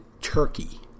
Turkey